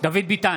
דוד ביטן,